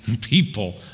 people